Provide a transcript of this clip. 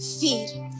feed